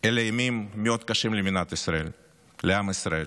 אלה ימים קשים מאוד למדינת ישראל ולעם ישראל.